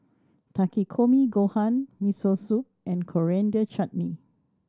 Takikomi Gohan Miso Soup and Coriander Chutney